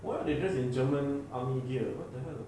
why they dress in german army gear what the hell